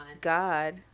God